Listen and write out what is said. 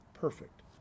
Perfect